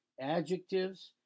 adjectives